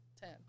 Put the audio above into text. Ten